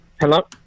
Hello